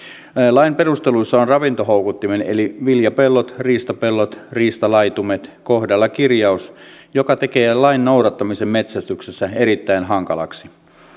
lain perusteluissa on ravintohoukuttimen eli viljapellot riistapellot riistalaitumet kohdalla kirjaus joka tekee lain noudattamisen metsästyksessä erittäin hankalaksi